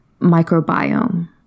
microbiome